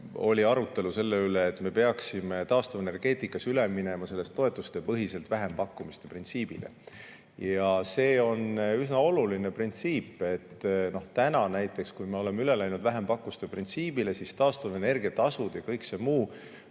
Oli arutelu selle üle, et me peaksime taastuvenergeetikas üle minema toetustepõhiselt vähempakkumiste printsiibile. See on üsna oluline printsiip. Näiteks täna, kui me oleme üle läinud vähempakkumiste printsiibile, siis taastuvenergia tasud ja kõik see muu